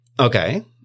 Okay